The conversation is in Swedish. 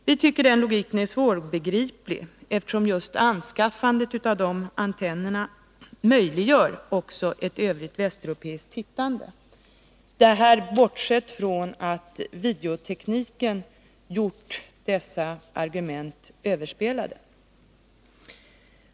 Vi tycker att den logiken är svårbegriplig, eftersom just anskaffandet av de antenner det här gäller också möjliggör ett övrigt västeuropeiskt tittande — detta bortsett från att videotekniken gjort dessa argument överspelade.